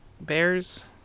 bears